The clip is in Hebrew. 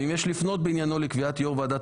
ואם יש לפנות בעניינו לקביעת יו"ר ועדת